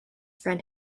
friend